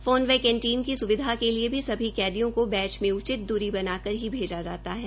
phone व canteen की सुविधा के लिए सभी कैदियों को बैच में उचित दूरी बनाकर ही भेजा जा रहा है